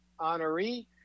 honoree